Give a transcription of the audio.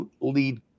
lead